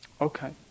Okay